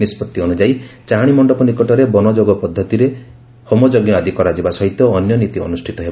ନିଷ୍ବତ୍ତି ଅନୁଯାୟୀ ଚାହାଣି ମଣ୍ଡପ ନିକଟରେ ବନଯାଗ ପଦ୍ଧତିରେ ହୋମ ଯଜ୍ଞ ଆଦି କରାଯିବା ସହିତ ନୀତି ଅନୁଷ୍ଠିତ ହେବ